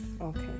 Okay